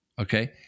okay